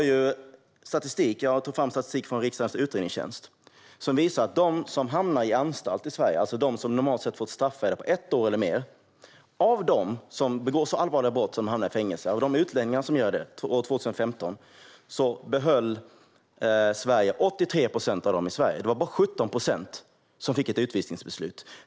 Jag tog fram statistik från riksdagens utredningstjänst, som visar att av de utlänningar som 2015 begick så allvarliga brott att de hamnade i fängelse i Sverige, och alltså normalt sett fick ett straffvärde på ett år eller mer, behöll Sverige 83 procent i landet. Det var bara 17 procent som fick ett utvisningsbeslut.